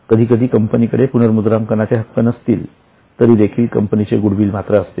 कधीकधी कंपनीकडे पुनर्मुद्रणाचे हक्क नसतील तरीदेखील कंपनीचे गुडविल मात्र असते